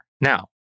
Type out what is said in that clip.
Now